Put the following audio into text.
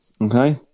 Okay